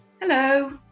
Hello